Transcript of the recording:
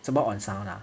怎么 on sound ah